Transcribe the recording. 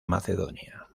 macedonia